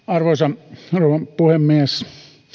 arvoisa rouva puhemies